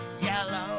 yellow